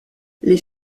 les